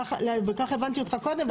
וכך הבנתי אותך קודם.